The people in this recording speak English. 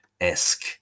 esque